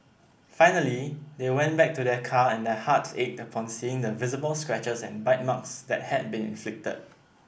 finally they went back to their car and their hearts ached upon seeing the visible scratches and bite marks that had been inflicted